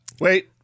wait